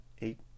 eight